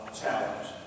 challenge